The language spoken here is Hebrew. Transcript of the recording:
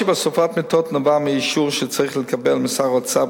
הקושי בהוספת מיטות נובע מאישור שצריך לקבל משר האוצר,